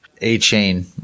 A-Chain